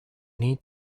need